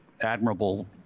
admirable